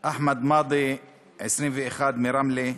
אחמד מאדי בן 21 מרמלה,